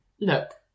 Look